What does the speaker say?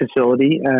facility